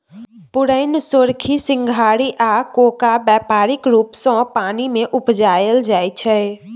पुरैण, सोरखी, सिंघारि आ कोका बेपारिक रुप सँ पानि मे उपजाएल जाइ छै